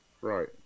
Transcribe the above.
Right